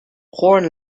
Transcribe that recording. horn